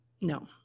no